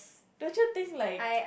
don't you think like